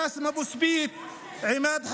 באסם אבו סבית, עימאד חמדון,